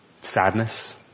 sadness